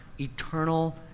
eternal